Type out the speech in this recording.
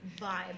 vibe